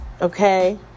Okay